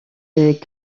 des